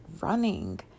running